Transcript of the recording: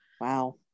Wow